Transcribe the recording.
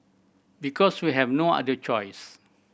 because we have no other choice